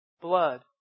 blood